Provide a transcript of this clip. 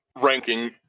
Ranking